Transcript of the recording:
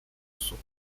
osób